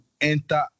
enter